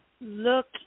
look